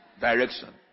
direction